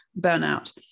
burnout